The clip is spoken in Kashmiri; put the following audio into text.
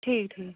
ٹھیٖک ٹھیٖک